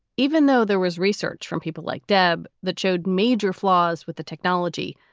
even though there was research from people like deb that showed major flaws with the technology.